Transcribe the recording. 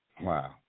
Wow